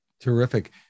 Terrific